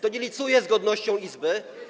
To nie licuje z godnością Izby.